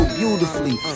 beautifully